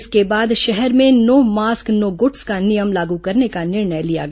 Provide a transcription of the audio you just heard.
इसके बाद शहर में नो मास्क नो गुड्स का नियम लागू करने का निर्णय लिया गया